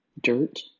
dirt